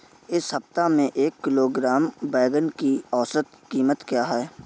इस सप्ताह में एक किलोग्राम बैंगन की औसत क़ीमत क्या है?